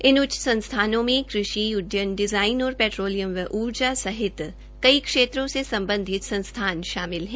इनउ च्च संस्थानों में कृषि उड्यन डिजाइन और पेट्रोलियम व ऊर्जा सहित कई क्षेत्रों से संबंधित संस्थान शामिल हैं